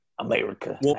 America